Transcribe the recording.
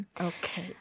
Okay